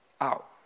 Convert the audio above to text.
out